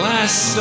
Last